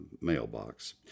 mailbox